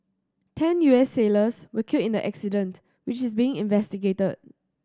ten U S sailors were killed in the accident which is being investigated